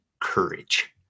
courage